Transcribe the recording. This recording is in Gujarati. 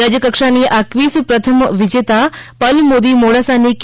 રાજ્ય કક્ષાની આ ક્વીઝ પ્રથમ વિજેતા પલ મોદી મોડાસાની કે